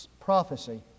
prophecy